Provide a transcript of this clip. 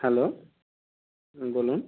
hello বলুন